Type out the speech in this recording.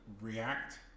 react